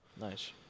Nice